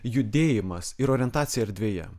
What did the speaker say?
judėjimas ir orientacija erdvėje